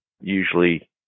usually